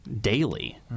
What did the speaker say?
daily